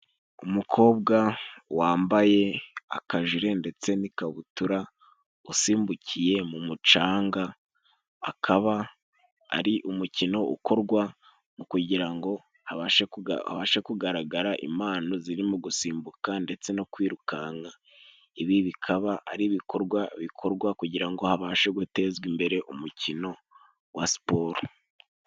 Umukobwa wambaye akajire ndetse n'ikabutura, usimbukiye mu mucanga. Akaba ari umukino ukorwa kugira ngo habashe kugaragara impano zirimo gusimbuka ndetse no kwirukanka. Ibi bikaba ari ibikorwa bikorwa kugira ngo habashe gutezwa imbere umukino wa siporo.